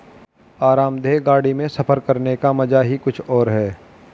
आरामदेह गाड़ी में सफर करने का मजा ही कुछ और है